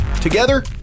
Together